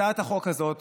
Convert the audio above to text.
הצעת החוק הזאת